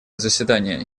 заседания